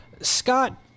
Scott